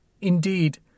Indeed